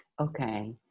Okay